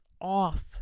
off